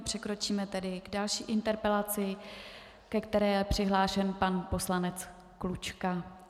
Přikročíme tedy k další interpelaci, ke které je přihlášen pan poslanec Klučka.